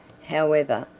however,